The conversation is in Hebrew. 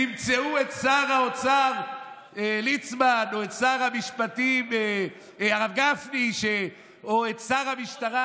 תמצאו את שר האוצר ליצמן או את שר המשפטים הרב גפני או את שר המשטרה,